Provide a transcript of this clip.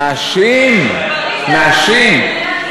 נשים, נשים.